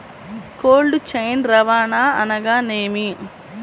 Cold chain రవాణా అనగా నేమి?